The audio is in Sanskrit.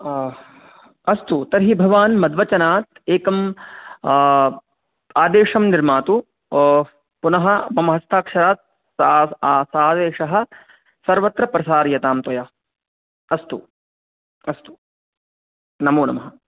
अस्तु तर्हि भवान् मद्वचनात् एकम् आदेशं निर्मातु पुनः मम हस्ताक्षरात् आदेशः सर्वत्र प्रसारयतां त्वया अस्तु अस्तु नमो नमः